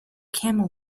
camel